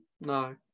no